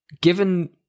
given